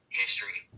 history